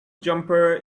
jumper